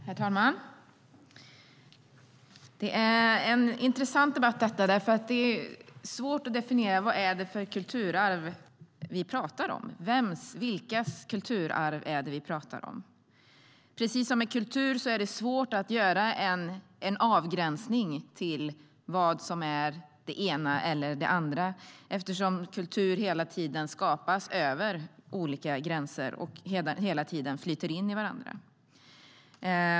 Herr talman! Detta är en intressant debatt. Det är nämligen svårt att definiera vilket kulturarv vi talar om. Vems eller vilkas kulturarv är det som vi talar om? Precis som med kultur är det svårt att göra en avgränsning av vad som är det ena eller det andra, eftersom kultur hela tiden skapas över olika gränser och områdena hela tiden flyter in i varandra.